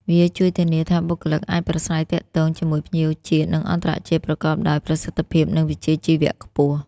វាជួយធានាថាបុគ្គលិកអាចប្រាស្រ័យទាក់ទងជាមួយភ្ញៀវជាតិ និងអន្តរជាតិប្រកបដោយប្រសិទ្ធភាព និងវិជ្ជាជីវៈខ្ពស់។